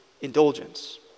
indulgence